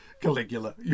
Caligula